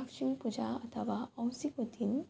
लक्ष्मीपूजा अथवा औँसीको दिन